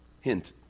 Hint